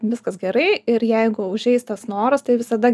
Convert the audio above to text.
viskas gerai ir jeigu užeis tas noras tai visada